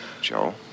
Joe